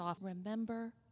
remember